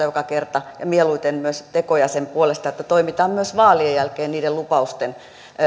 joka kerta ja mieluiten myös tekoja sen puolesta että toimitaan myös vaalien jälkeen niiden lupausten